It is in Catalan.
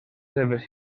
seves